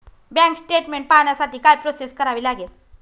Bank statement पाहण्यासाठी काय process करावी लागेल?